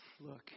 Look